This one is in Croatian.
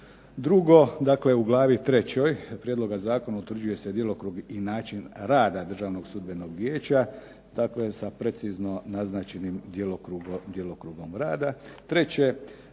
Drugo, dakle u glavi 3. prijedloga zakona utvrđuje se djelokrug i način rada Državnog sudbenog vijeća, dakle sa precizno naznačenim djelokrugom rada.